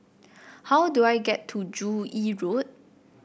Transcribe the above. how do I get to Joo Yee Road